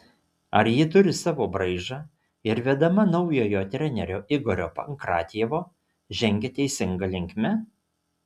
ar ji turi savo braižą ir vedama naujojo trenerio igorio pankratjevo žengia teisinga linkme